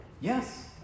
Yes